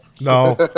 No